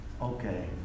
Okay